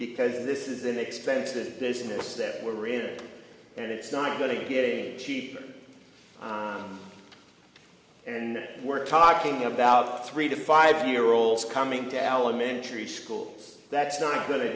because this is an expensive business that we're in and it's not going to be getting cheaper and we're talking about three to five year olds coming to alimentary school that's not going to